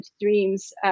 dreams